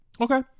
Okay